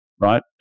Right